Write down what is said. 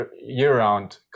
year-round